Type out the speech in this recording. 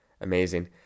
Amazing